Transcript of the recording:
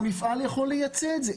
המפעל יכול לייצא את זה.